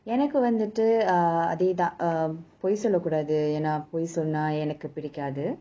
எனக்கு வந்துட்டு:enakku vanthuttu uh அதேதான்:athaethaan uh பொய் சொல்ல கூடாது ஏன்னா பொய் சொன்னா எனக்கு பிடிக்காது:poi solla kudaathu yaenaa poi sonna enakku pidikkathu